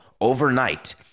overnight